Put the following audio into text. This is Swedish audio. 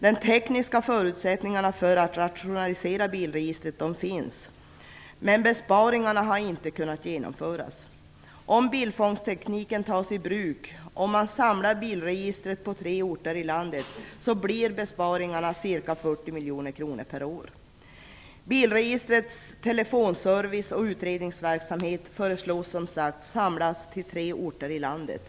De tekniska förutsättningarna för att rationalisera bilregistret finns, men besparingarna har inte kunnat genomföras. Om bildfångsttekniken tas i bruk och om man samlar bilregistret på tre orter i landet, blir besparingen ca 40 miljoner kronor per år. Bilregistrets telefonservice och utredningsverksamhet föreslås som sagt samlas på tre orter i landet.